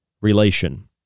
relation